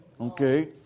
Okay